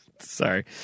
sorry